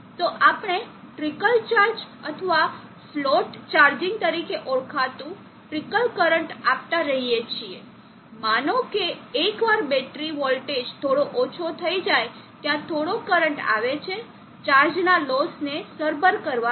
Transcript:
તો આપણે trickle charge અથવા ફ્લોટ ચાર્જિંગ તરીકે ઓળખાતું ટ્રિકલ કરંટ આપતા રહીએ છીએ માનો કે એકવાર બેટરી વોલ્ટેજ થોડો ઓછો થઈ જાય ત્યાં થોડો કરંટ આવે છે ચાર્જ ના લોસ ને સરભર કરવા માટે